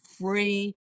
free